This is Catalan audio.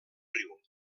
riu